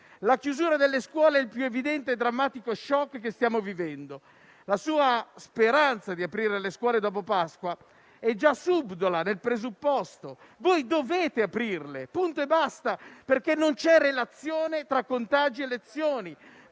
La chiusura delle scuole è il più evidente e drammatico *shock* che stiamo vivendo. La sua speranza di aprire le scuole dopo Pasqua è già subdola nel presupposto. Voi dovete aprirle, punto e basta, perché non c'è relazione tra contagi e lezioni.